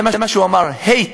זה מה שהוא אמר: hate,